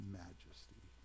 majesty